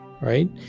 right